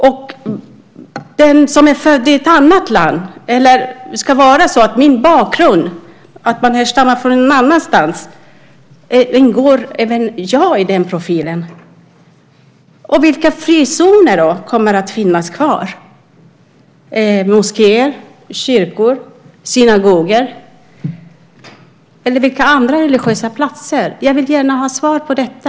Ingår även jag i profilen på grund av min bakgrund, för att jag härstammar någon annanstans ifrån? Vilka frizoner kommer det att finnas kvar? Moskéer? Kyrkor? Synagogor? Vilka andra religiösa platser? Jag vill gärna ha svar på detta.